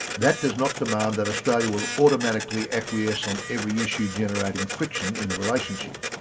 that does not demand that australia will automatically acquiesce on every issue generating friction in the relationship.